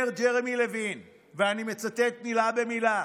אומר ג'רמי לוין, ואני מצטט מילה במילה: